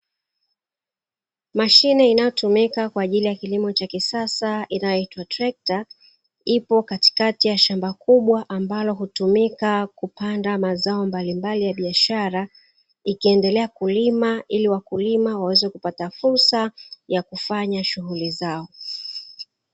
Mashine inayotumika kwa ajili ya kilimo cha kisasa inayoitwa trekta, ipo katikati ya shamba kubwa ambalo hutumika kupanda mazao mbalimbali ya biashara. Ikiendelea kulima ili wakulima waweze kupata fursa ya kufanya shughuli zao.